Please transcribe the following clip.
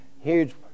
huge